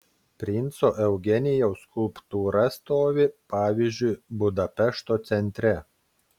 princo eugenijaus skulptūra stovi pavyzdžiui budapešto centre